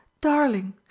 darling